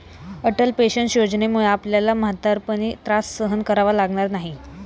Atal pension योजनेमुळे आपल्याला म्हातारपणी त्रास सहन करावा लागणार नाही